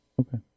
Okay